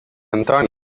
antoni